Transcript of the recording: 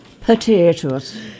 Potatoes